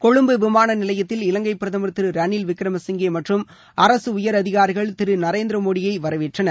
கொழும்பு விமானநிலையத்தில் இலங்கை பிரதமர் திரு ரணில் விக்ரம சிங்கே மற்றும் அரசு உயர் அதிகாரிகள் திரு நரேந்திர மோடியை வரவேற்றனர்